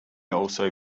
also